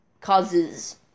causes